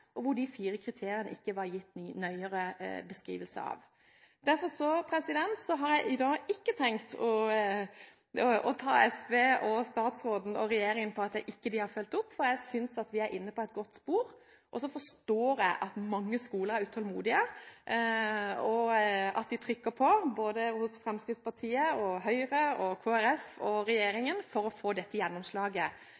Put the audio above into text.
og hvor det ikke var gitt en nøyere beskrivelse av de fire kriteriene. Derfor har jeg i dag ikke tenkt å ta SV og statsråden og regjeringen på at de ikke har fulgt opp, for jeg synes at vi er inne på et godt spor. Jeg forstår at mange skoler er utålmodige, og at de trykker på overfor både Fremskrittspartiet, Høyre, Kristelig Folkeparti og